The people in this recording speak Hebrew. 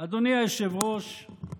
אדוני היושב-ראש,